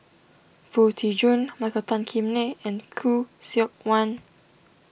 Foo Tee Jun Michael Tan Kim Nei and Khoo Seok Wan